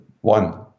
one